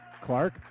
Clark